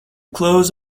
close